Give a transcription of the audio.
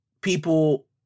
people